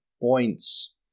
points